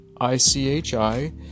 I-C-H-I-